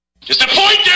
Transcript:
Disappointed